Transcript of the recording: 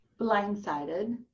blindsided